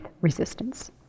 resistance